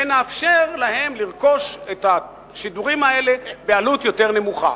ונאפשר להם לרכוש את השידורים האלה בעלות יותר נמוכה.